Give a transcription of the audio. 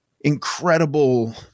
incredible